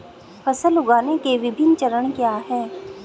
फसल उगाने के विभिन्न चरण क्या हैं?